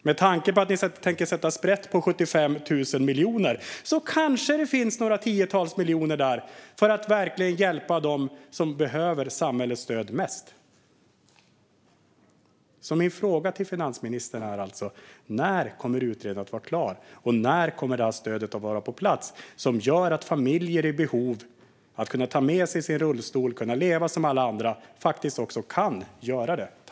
Med tanke på att ni tänker sätta sprätt på 75 000 miljoner kanske det finns några tiotals miljoner för att verkligen hjälpa dem som behöver samhällets stöd mest. Min fråga till finansministern är alltså: När kommer utredningen att vara klar? När kommer stödet att vara på plats, som gör att familjer som är i behov av att ta med sig sin rullstol för att kunna leva som alla andra faktiskt också kan göra det?